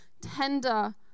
tender